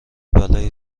بلایی